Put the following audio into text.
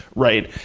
right?